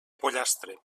pollastre